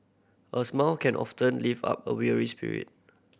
a smile can often lift up a weary spirit